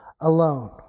alone